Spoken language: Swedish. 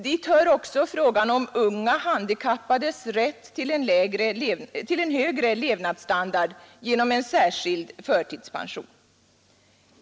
Dit hör också frågan om unga handikappades rätt till en högre levnadsstandard genom en särskild förtidspension.